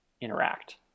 interact